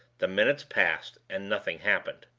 the minutes passed and nothing happened.